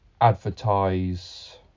advertise